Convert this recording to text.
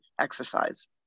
exercise